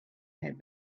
had